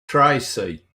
tracy